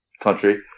country